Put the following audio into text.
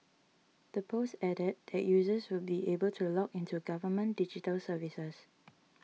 the post added that users will be able to log into government digital services